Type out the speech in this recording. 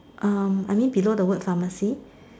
um I mean below the word pharmacy